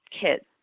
kids